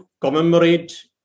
commemorate